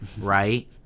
right